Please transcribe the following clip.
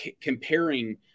comparing